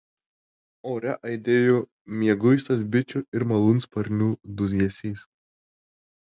ore aidėjo mieguistas bičių ir malūnsparnių dūzgesys